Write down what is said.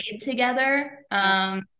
together